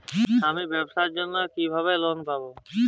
আমি ব্যবসার জন্য কিভাবে লোন পাব?